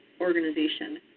organization